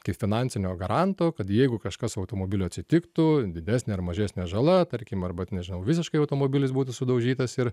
kaip finansinio garanto kad jeigu kažkas su automobiliu atsitiktų didesnė ar mažesnė žala tarkim arba ten nežinau visiškai automobilis būtų sudaužytas ir